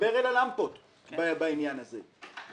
דבר אל הלמפות בעניין הזה.